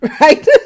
right